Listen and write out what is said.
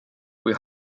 kui